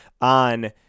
on